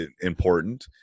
important